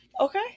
okay